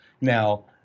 Now